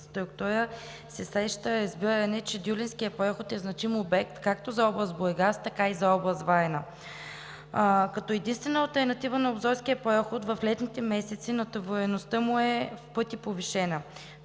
инфраструктура“ се среща разбиране, че Дюлинският проход е значим обект както за област Бургас, така и за област Варна – като единствена алтернатива на Обзорския проход, а в летните месеци натовареността му е в пъти повишена.